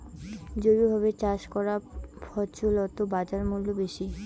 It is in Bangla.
জৈবভাবে চাষ করা ফছলত বাজারমূল্য বেশি